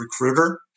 recruiter